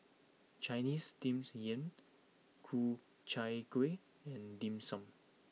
Chinese Steamed Yam Ku Chai Kueh and Dim Sum